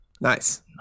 Nice